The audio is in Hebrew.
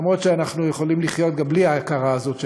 אף שאנחנו יכולים לחיות גם בלי ההכרה הזאת שלהם.